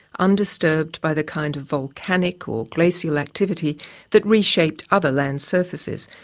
undisturbed by the kind of volcanic or glacial activity that reshaped other land surfaces.